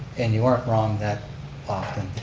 and you aren't wrong that often.